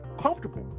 comfortable